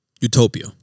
Utopia